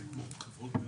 זה כמו חברות גז?